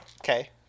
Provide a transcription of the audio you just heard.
Okay